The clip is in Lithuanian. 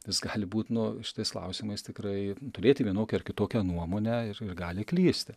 jis gali būt nu šitais klausimais tikrai turėti vienokią ar kitokią nuomonę ir ir gali klysti